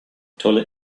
toilet